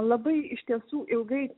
labai iš tiesų ilgai